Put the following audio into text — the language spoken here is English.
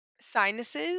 sinuses